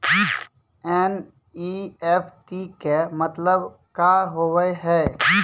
NEFT के मतलब का होव हेय?